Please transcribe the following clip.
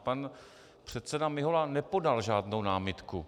Pan předseda Mihola nepodal žádnou námitku.